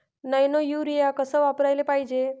Nano urea कस वापराले पायजे?